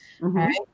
right